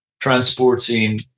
transporting